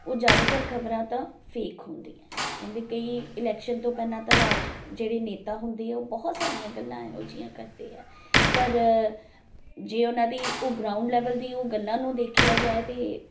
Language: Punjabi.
ਉਹ ਜ਼ਿਆਦਾਤਰ ਖ਼ਬਰਾਂ ਤਾਂ ਫੇਕ ਹੁੰਦੀਆਂ ਕਹਿੰਦੇ ਕਈ ਇਲੈਕਸ਼ਨ ਤੋਂ ਪਹਿਲਾਂ ਤਾਂ ਰਾਜ ਜਿਹੜੇ ਨੇਤਾ ਹੁੰਦੇ ਹੈ ਉਹ ਬਹੁਤ ਸਾਰੀਆਂ ਗੱਲਾਂ ਇਹੋ ਜਿਹੀਆਂ ਕਰਦੇ ਹੈ ਪਰ ਜੇ ਉਹਨਾਂ ਦੀ ਉਹ ਗਰਾਊਂਡ ਲੈਵਲ ਦੀ ਉਹ ਗੱਲਾਂ ਨੂੰ ਦੇਖਿਆਂ ਜਾਏ ਤਾਂ